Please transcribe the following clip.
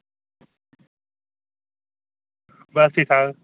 बस ठीक ठाक